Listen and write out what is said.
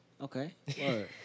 okay